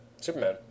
Superman